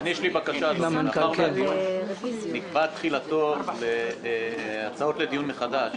מאחר שבתחילתו של הדיון נקבע העניין של הצעות לדיון מחדש